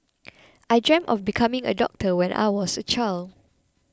I dreamt of becoming a doctor when I was a child